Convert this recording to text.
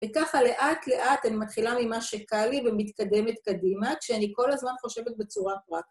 וככה לאט לאט אני מתחילה ממה שקל לי ומתקדמת קדימה, כשאני כל הזמן חושבת בצורה פרקטית.